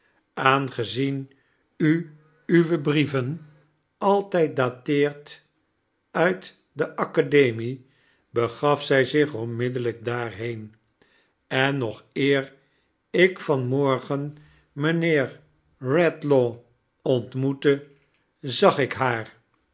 aangezien u uwe brieven altijd dateert uit de academie begaf zij zich onmiddellijk daar been en nog eer ik van morgen mijnheer bedlaw ontmoette zag ik haar